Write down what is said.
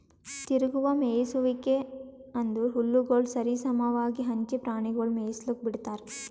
ತಿರುಗುವ ಮೇಯಿಸುವಿಕೆ ಅಂದುರ್ ಹುಲ್ಲುಗೊಳ್ ಸರಿ ಸಮವಾಗಿ ಹಂಚಿ ಪ್ರಾಣಿಗೊಳಿಗ್ ಮೇಯಿಸ್ಲುಕ್ ಬಿಡ್ತಾರ್